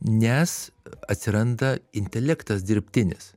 nes atsiranda intelektas dirbtinis